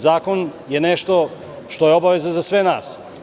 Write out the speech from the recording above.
Zakon je nešto što je obaveza za sve nas.